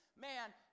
man